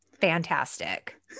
fantastic